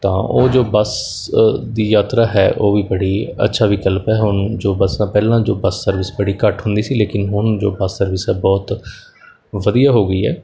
ਤਾਂ ਉਹ ਜੋ ਬੱਸ ਦੀ ਯਾਤਰਾ ਹੈ ਉਹ ਵੀ ਬੜੀ ਅੱਛਾ ਵਿਕਲਪ ਹੈ ਹੁਣ ਜੋ ਬੱਸਾਂ ਪਹਿਲਾਂ ਜੋ ਬੱਸ ਸਰਵਿਸ ਬੜੀ ਘੱਟ ਹੁੰਦੀ ਸੀ ਲੇਕਿਨ ਹੁਣ ਜੋ ਬੱਸ ਸਰਵਿਸ ਹੈ ਬਹੁਤ ਵਧੀਆ ਹੋ ਗਈ ਹੈ